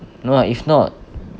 no lah if not